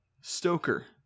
Stoker